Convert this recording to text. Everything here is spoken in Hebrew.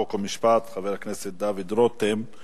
חוק ומשפט חבר הכנסת דוד רותם.